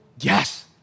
Yes